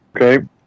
Okay